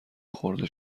خورد